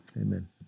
amen